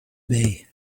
bay